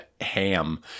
ham